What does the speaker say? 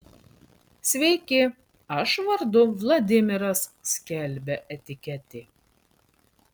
sveiki aš vardu vladimiras skelbia etiketė